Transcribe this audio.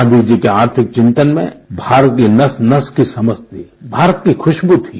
गाँधी जी के आर्थिक चिंतन में भारत की नस नस की समझ थी भारत की खुराबू थी